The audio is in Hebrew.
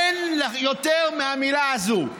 אין יותר מהמילה הזאת.